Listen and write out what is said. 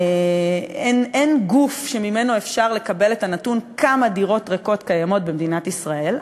אין גוף שממנו אפשר לקבל את הנתון כמה דירות ריקות קיימות במדינת ישראל,